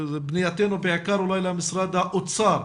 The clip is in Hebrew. פנייתנו בעיקר למשרד האוצר,